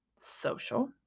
social